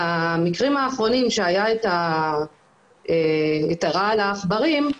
במקרים האחרונים שהיה בהם את רעל העכברים,